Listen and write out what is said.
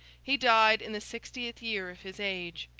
he died, in the sixtieth year of his age.